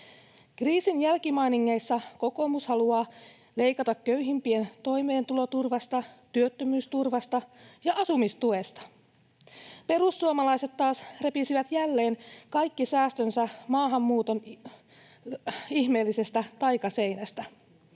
Kriisin jälkimainingeissa kokoomus haluaa leikata köyhimpien toimeentuloturvasta, työttömyysturvasta ja asumistuesta. Perussuomalaiset taas repisivät jälleen kaikki säästönsä maahanmuuton ihmeellisestä taikaseinästä